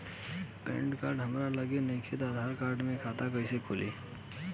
Pan card हमरा लगे नईखे त आधार कार्ड से खाता कैसे खुली?